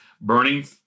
burning